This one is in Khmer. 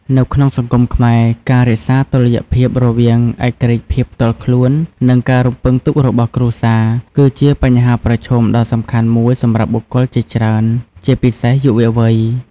នៅក្នុងសង្គមខ្មែរ ការរក្សាតុល្យភាពរវាង ឯករាជ្យភាពផ្ទាល់ខ្លួន និង ការរំពឹងទុករបស់គ្រួសារ គឺជាបញ្ហាប្រឈមដ៏សំខាន់មួយសម្រាប់បុគ្គលជាច្រើន ជាពិសេសយុវវ័យ។